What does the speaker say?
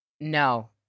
No